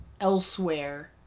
elsewhere